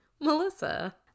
Melissa